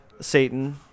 Satan